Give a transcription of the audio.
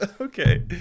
Okay